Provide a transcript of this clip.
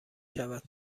شود